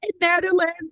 netherlands